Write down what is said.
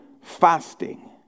fasting